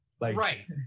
Right